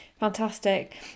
fantastic